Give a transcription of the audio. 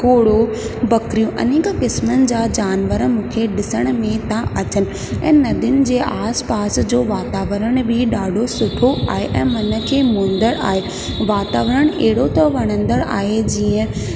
घोड़ो बकरियूं अनेक क़िस्मनि जा जानवर मूंखे डिसण में था अचनि ऐं नदियुनि जे आस पास जो वातावरण बी ॾाढो सुठो आहे ऐं मन खे मोहींदड़ु आहे वातावरण अहिड़ो त वणंदड़ु आहे जीअं